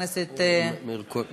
תודה לחבר הכנסת ג'בארין.